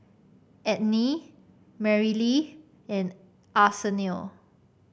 Enid Merrily and Arsenio